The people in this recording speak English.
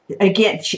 again